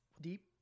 Deep